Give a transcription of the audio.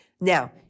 Now